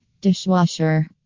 dishwasher